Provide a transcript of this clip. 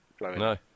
No